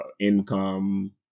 income